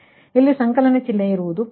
ಆದರೆ ಇಲ್ಲಿ ಸಂಕಲನ ಚಿಹ್ನೆ ಇರುತ್ತದೆ